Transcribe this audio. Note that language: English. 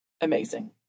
amazing